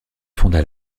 fonda